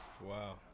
wow